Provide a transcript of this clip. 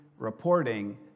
reporting